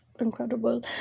incredible